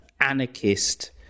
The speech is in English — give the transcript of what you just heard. anarchist